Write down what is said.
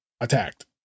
attacked